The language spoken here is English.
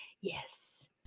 Yes